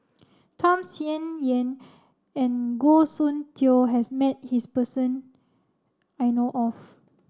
Tham Sien Yen and Goh Soon Tioe has met his person I know of